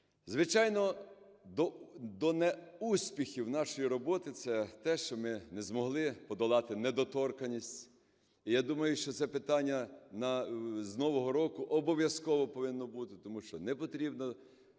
Звичайно, до неуспіхів нашої роботи – це те, що ми не змогли подолати недоторканість. І я думаю, що це питання з нового року обов'язково повинно бути, тому що непотрібно,